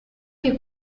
che